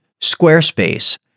Squarespace